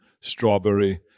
strawberry